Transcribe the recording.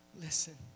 listen